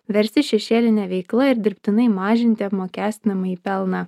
verstis šešėline veikla ir dirbtinai mažinti apmokestinamąjį pelną